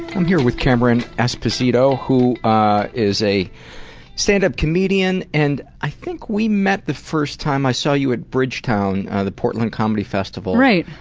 i'm here with cameron esposito, who ah is is a stand-up comedian. and i think we met the first time i saw you at bridgetown, the portland comedy festival. right.